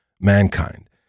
mankind